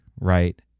right